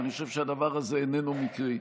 ואני חושב שהדבר הזה איננו מקרי.